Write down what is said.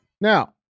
Now